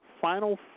Final